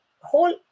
whole